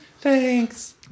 Thanks